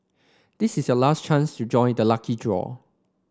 this is your last chance to join the lucky draw